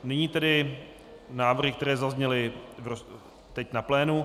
Nyní tedy návrhy, které zazněly teď na plénu.